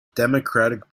democratic